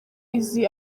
izi